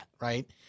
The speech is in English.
right